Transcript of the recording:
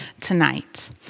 tonight